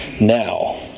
Now